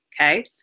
okay